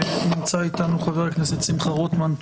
נמצא אתנו חבר הכנסת שמחה רוטמן,